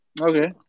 Okay